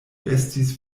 estis